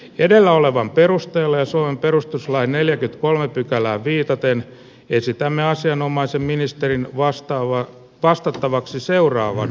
edellä olevan perusteella enso on perustuslain neljä kolme työjärjestyksen mukaisesti välikysymys lähetetään keskustelutta valtioneuvostolle vastattavaksi seuraavan